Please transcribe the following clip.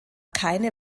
keine